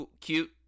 cute